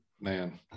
man